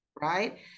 Right